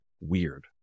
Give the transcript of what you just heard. weird